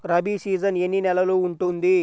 Rabi season ఎన్ని నెలలు ఉంటుంది?